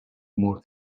more